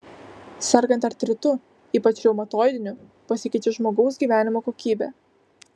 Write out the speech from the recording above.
sergant artritu ypač reumatoidiniu pasikeičia žmogaus gyvenimo kokybė